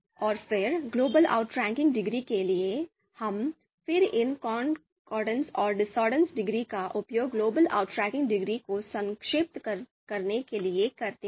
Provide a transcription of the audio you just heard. और फिर global outranking degree के लिए हम फिर इन कॉनकॉर्ड और discordance डिग्री का उपयोग ग्लोबल outranking डिग्री को सारांशित करने के लिए करते हैं